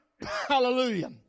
Hallelujah